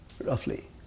Roughly